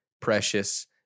Precious